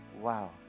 Wow